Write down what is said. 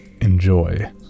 enjoy